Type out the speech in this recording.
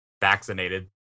vaccinated